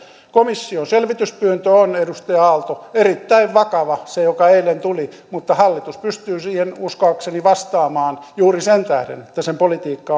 komission selvityspyyntö on edustaja aalto erittäin vakava se joka eilen tuli mutta hallitus pystyy siihen uskoakseni vastaamaan juuri sen tähden että sen politiikka